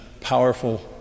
powerful